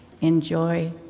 Enjoy